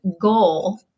goal